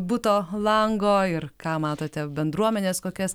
buto lango ir ką matote bendruomenės kokias